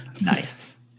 nice